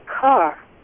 car